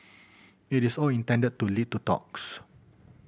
it is all intended to lead to talks